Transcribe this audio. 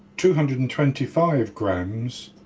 two hundred and twenty five grams,